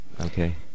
okay